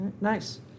nice